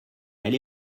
elle